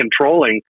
controlling